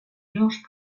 georges